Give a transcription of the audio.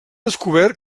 descobert